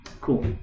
Cool